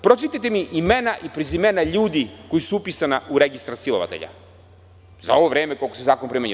Pročitajte mi imena i prezimena ljudi koji su upisani u Registar silovatelja za ovo vreme za koje se zakon primenjuje.